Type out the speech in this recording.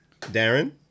darren